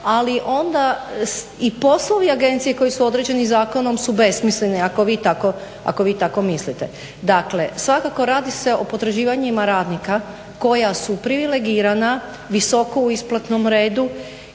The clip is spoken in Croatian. ali onda i poslovi agencije koji su određeni zakonom su besmisleni ako vi tako mislite. Dakle svakako radi se o potraživanjima radnika koja su privilegirana visoko u isplatnom redu